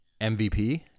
mvp